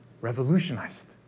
revolutionized